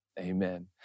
Amen